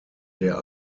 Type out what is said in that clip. der